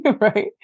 right